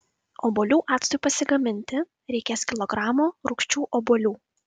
obuolių actui pasigaminti reikės kilogramo rūgščių obuolių